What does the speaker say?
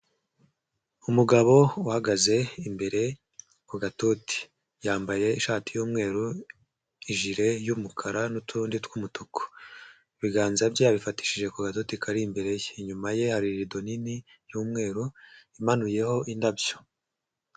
Umugabo uhagaze imbere ku gatoti yambaye ishati y'umweru, ijire y'umukara n'utundi tw'umutuku, ibiganza bye yabifatishije ku gatoti kari imbere ye, inyuma ye irido nini y'umweru imanuyeho indabyo.